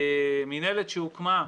המינהלת שהוקמה,